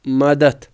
مدد